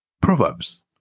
Proverbs